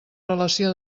relació